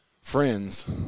Friends